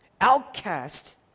Outcast